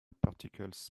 particles